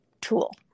tool